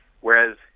Whereas